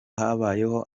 habayeho